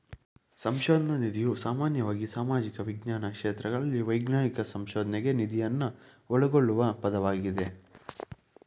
ಸಂಶೋಧನ ನಿಧಿಯು ಸಾಮಾನ್ಯವಾಗಿ ಸಾಮಾಜಿಕ ವಿಜ್ಞಾನ ಕ್ಷೇತ್ರಗಳಲ್ಲಿ ವೈಜ್ಞಾನಿಕ ಸಂಶೋಧನ್ಗೆ ನಿಧಿಯನ್ನ ಒಳಗೊಳ್ಳುವ ಪದವಾಗಿದೆ